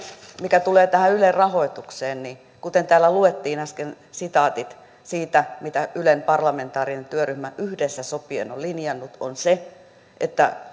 mikä tulee tähän ylen rahoitukseen kuten täällä luettiin äsken sitaatit siitä mitä ylen parlamentaarinen työryhmä yhdessä sopien on linjannut se on se että